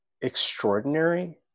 extraordinary